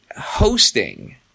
hosting